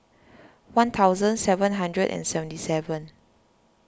one thousand seven hundred and seventy seven